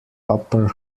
upper